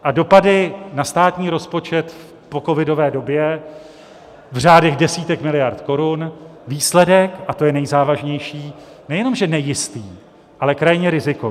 A dopady na státní rozpočet v pocovidové době v řádech desítek miliard korun, výsledek, a to je nejzávažnější, nejenom že nejistý, ale krajně rizikový.